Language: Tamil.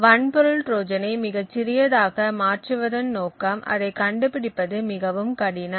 வன்பொருள் ட்ரோஜனை மிகச் சிறியதாக மாற்றுவதன் நோக்கம் அதை கண்டுபிடிப்பது மிகவும் கடினம்